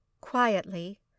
Quietly